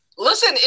Listen